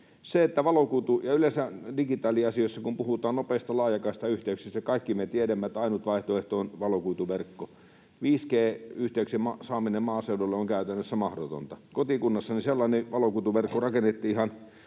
hoidetaan hyvin. Yleensä digitaaliasioissa, kun puhutaan nopeista laajakaistayhteyksistä, kaikki me tiedämme, että ainut vaihtoehto on valokuituverkko. 5G-yhteyksien saaminen maaseudulle on käytännössä mahdotonta. Kotikunnassani sellainen valokuituverkko rakennettiin ihan